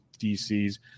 DCs